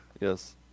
Yes